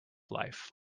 life